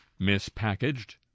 mispackaged